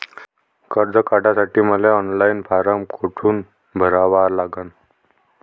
कर्ज काढासाठी मले ऑनलाईन फारम कोठून भरावा लागन?